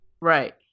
Right